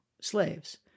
slaves